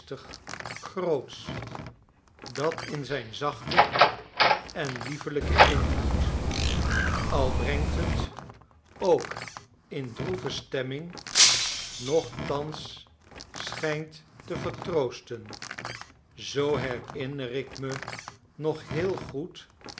groots dat in zijn zachten en liefelijken invloed al brengt het ook in droeve stemming nochtans schijnt te vertroosten zoo herinner ik me nog heel goed